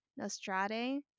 nostrade